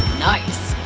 nice!